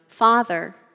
father